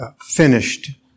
finished